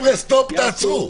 עיצרו.